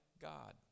God